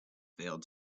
failed